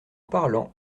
parlant